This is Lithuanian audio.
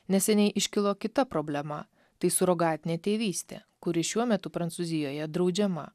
neseniai iškilo kita problema tai surogatinė tėvystė kuri šiuo metu prancūzijoje draudžiama